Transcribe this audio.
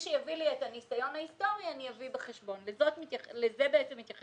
שיביא לי את הניסיון ההיסטורי אני אביא זאת בחשבון ולזה מתייחסת